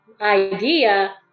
idea